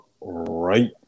right